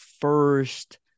first